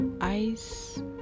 Ice